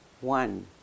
one